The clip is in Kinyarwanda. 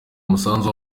umusanzu